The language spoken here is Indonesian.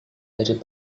dari